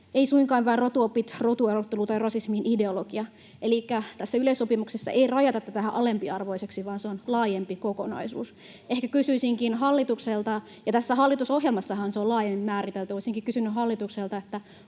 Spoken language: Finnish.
ei suinkaan vain rotuopit, rotuerottelu tai rasismin ideologia. Elikkä tässä yleissopimuksessa ei rajata tätä alempiarvoiseksi, vaan se on laajempi kokonaisuus. — Ja hallitusohjelmassahan se on laajemmin määritelty. Olisinkin kysynyt hallitukselta: